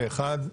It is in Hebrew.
פה אחד.